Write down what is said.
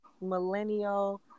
millennial